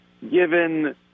given